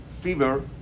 fever